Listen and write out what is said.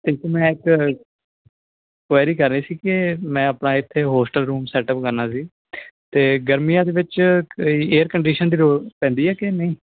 ਇੱਕ ਮੈਂ ਇੱਕ ਕੁਐਰੀ ਕਰ ਰਿਹਾ ਸੀ ਕਿ ਮੈਂ ਆਪਣਾ ਇੱਥੇ ਹੋਸਟਲ ਰੂਮ ਸੈਟਅਪ ਕਰਨਾ ਸੀ ਅਤੇ ਗਰਮੀਆਂ ਦੇ ਵਿੱਚ ਏਅਰ ਕੰਡੀਸ਼ਨ ਦੀ ਲੋੜ ਪੈਂਦੀ ਹੈ ਕਿ ਨਹੀਂ